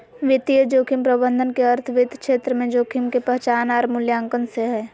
वित्तीय जोखिम प्रबंधन के अर्थ वित्त क्षेत्र में जोखिम के पहचान आर मूल्यांकन से हय